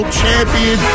champion